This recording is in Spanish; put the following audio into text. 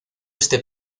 este